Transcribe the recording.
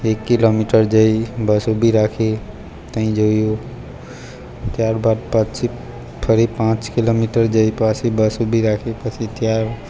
એક કિલોમીટર જઈ બસ ઊભી રાખી ત્યાં જોયું ત્યારબાદ પછી ફરી પાંચ કિલોમીટર જઈ પાછી બસ ઊભી રાખી પછી ત્યાં